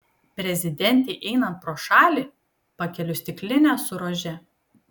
prezidentei einant pro šalį pakeliu stiklinę su rože